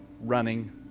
running